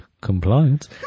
compliance